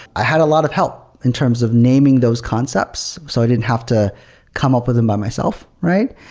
i had a lot of help in terms of naming those concepts, so i didn't have to come up with them by myself, right?